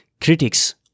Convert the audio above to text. critics